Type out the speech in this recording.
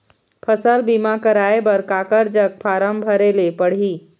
फसल बीमा कराए बर काकर जग फारम भरेले पड़ही?